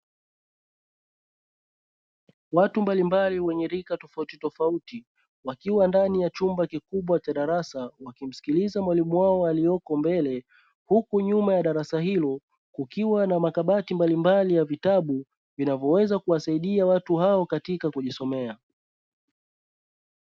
Watu mbalimbali wenye rika tofauti tofauti wakiwa ndani ya chumba cha darasa na kumsikiliza mwalimu wao alieko mbele, huku nyuma ya darasa hilo kukiwa na makabati mbalimbali ya vitabu vinavyoweza kuwasaidia watu hao katika kujisomea.